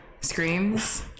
screams